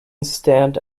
stand